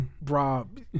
Rob